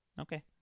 Okay